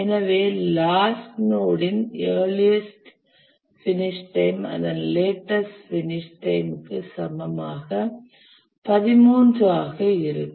எனவே last node இன் earliest finish time அதன் லேட்டஸ்ட் பினிஷ் டைம் க்கு சமமாக 13 ஆக இருக்கும்